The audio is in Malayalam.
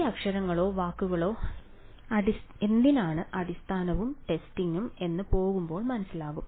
ഈ അക്ഷരങ്ങളോ വാക്കുകളോ എന്തിനാണ് അടിസ്ഥാനവും ടെസ്റ്റിംഗ് എന്ന് പോകുമ്പോൾ വ്യക്തമാകും